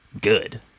good